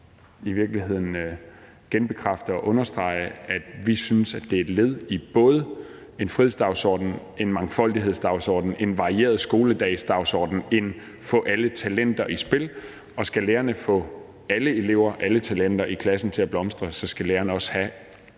i virkeligheden bare genbekræfte og understrege, at vi synes, det er et led i både en frihedsdagsorden, en mangfoldighedsdagsorden, en dagsorden om en varieret skoledag og en dagsorden om at få alle talenter i spil. Skal lærerne få alle elever og alle talenter i klassen til at blomstre, skal lærerne også have